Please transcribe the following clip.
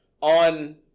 on